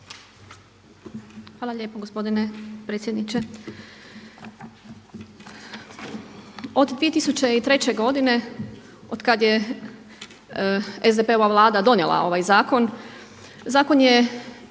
Hvala lijepo gospodine predsjedniče. Od 2003. godine od kada je SDP-ova vlada donijela ovaj zakon, zakon je